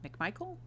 McMichael